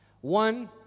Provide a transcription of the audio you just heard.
One